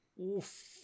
Oof